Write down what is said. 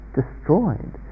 destroyed